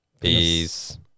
Peace